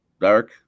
Derek